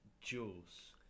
Jules